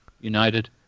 United